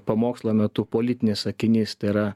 pamokslo metu politinis sakinys tai yra